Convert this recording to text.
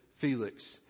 Felix